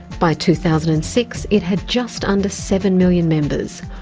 by two thousand and six, it had just under seven million members,